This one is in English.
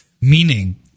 Meaning